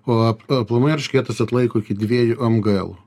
o ap aplamai eršketas atlaiko iki dviejų em g elų